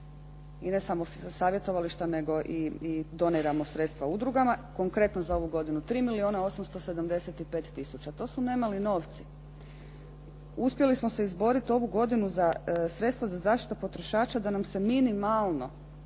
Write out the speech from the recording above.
i ne samo savjetovališta, nego i doniramo sredstva udrugama. Konkretno za ovu godinu 3 milijuna 875 tisuća. To su ne mali novci. Uspjeli smo se izboriti ovu godinu za sredstva za zaštitu potrošača da nam se minimalno